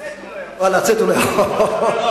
אבל לצאת הוא לא יכול.